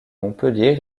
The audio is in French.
montpellier